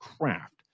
craft